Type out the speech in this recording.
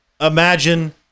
Imagine